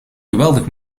geweldig